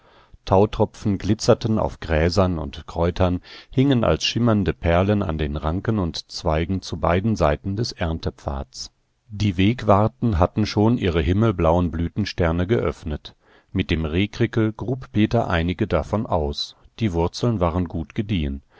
tautropfen glitzerten auf gräsern und kräutern hingen als schimmernde perlen an den ranken und zweigen zu beiden seiten des erntepfads die wegwarten hatten schon ihre himmelblauen blütensterne geöffnet mit dem rehkrickel grub peter einige davon aus die wurzeln waren gut gediehen